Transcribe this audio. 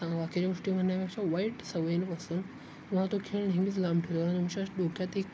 बाकी गोष्टी म्हणण्यापेक्षा वाईट सवयींपासून तुम्हाला तो खेळ नेहमीच लांब डोक्यात एक